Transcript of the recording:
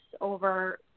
over